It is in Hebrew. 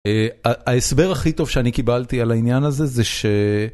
ההסבר הכי טוב שאני קיבלתי על העניין הזה זה ש...